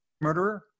murderer